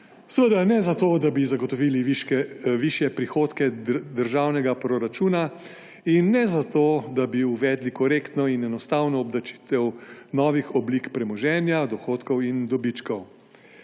Seveda ne zato, da bi zagotovili višje prihodke državnega proračuna, in ne zato, da bi uvedli korektno in enostavno obdavčitev novih oblik premoženja, dohodkov in dobičkov.